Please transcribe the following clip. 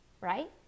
right